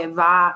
va